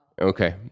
Okay